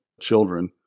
children